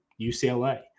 UCLA